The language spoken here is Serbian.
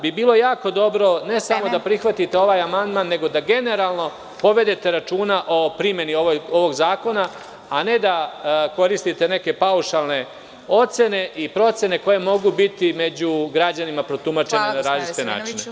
Bilo bi jako dobro ne samo da prihvatite ovaj amandman, nego da generalno povedete računa o primeni ovog zakona, a ne da koristite neke paušalne ocene i procene koje mogu biti među građanima protumačene na različite načine.